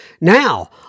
Now